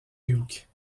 duke